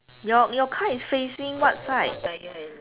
your your car is facing what side